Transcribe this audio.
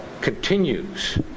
continues